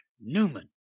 Newman